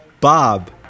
Bob